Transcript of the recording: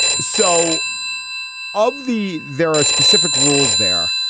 so of the there are specific rules there.